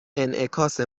انعکاس